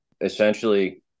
Essentially